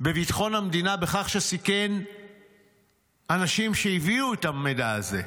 בביטחון המדינה בכך שסיכן אנשים שהביאו את המידע הזה.